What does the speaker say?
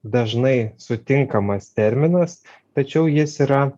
dažnai sutinkamas terminas tačiau jis yra